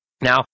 Now